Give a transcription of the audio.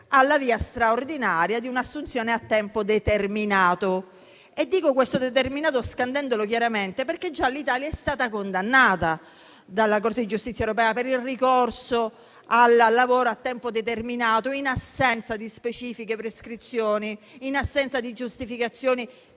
alla via straordinaria di un'assunzione a tempo determinato. Pronuncio il termine "determinato" scandendolo chiaramente, perché già l'Italia è stata condannata dalla Corte di giustizia europea per il ricorso al lavoro a tempo determinato in assenza di specifiche prescrizioni e in assenza di giustificazioni